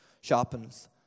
sharpens